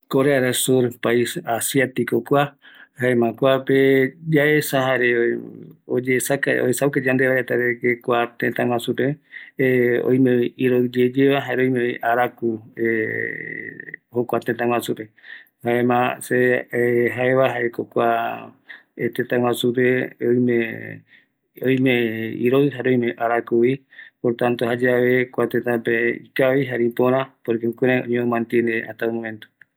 Corea del sur pais asiatico kua, jaema kuape yaesa jare yaesa jare uesauka yandeve retava, de que kua tätä guajupe, oime vi iroï yeyeva, jare oime araku, jokua tëtä guajupe, jaema se jaeva jaeko, kua tëtä guajupe, oime, oime iroï, jare oime arakuvi por tanto jayave kua tëtäpe ikavi jare ïpörä por que jukurai oyemo mantiene hasta el momento.